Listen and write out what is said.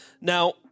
Now